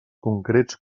concrets